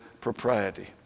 propriety